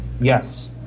Yes